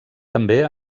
també